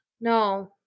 no